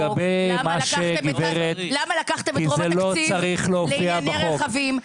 למה לקחתם את רוב התקציב לענייני רכבים?